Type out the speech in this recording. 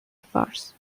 فارس